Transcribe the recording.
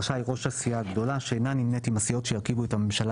רשאי ראש הסיעה הגדולה שאינה נמנית עם הסיעות שירכיבו את הממשלה